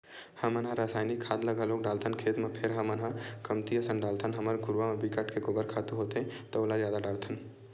हमन ह रायसायनिक खाद ल घलोक डालथन खेत म फेर हमन ह कमती असन डालथन हमर घुरूवा म बिकट के गोबर खातू होथे त ओला जादा डारथन